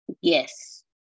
Yes